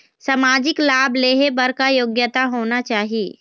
सामाजिक लाभ लेहे बर का योग्यता होना चाही?